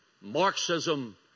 marxism